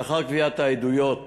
לאחר גביית עדויות